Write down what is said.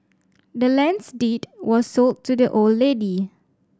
the land's deed was sold to the old lady